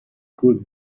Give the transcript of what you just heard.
could